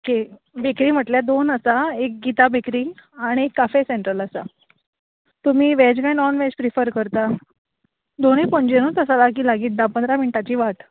bakery म्हटल्यार दोन आतां एक गीता बेक्री आनी एक काफे सँट्रल आसा तुमी वेज कांय नॉन वेज प्रिफर करतात दोनूय पणजेंतूच आसा आं लागीं लागीं धा पंदरा मिनटांची वाट